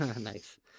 Nice